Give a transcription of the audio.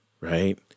right